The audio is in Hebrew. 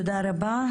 תודה רבה.